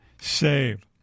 Save